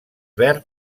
verd